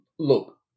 Look